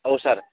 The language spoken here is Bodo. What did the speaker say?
औ सार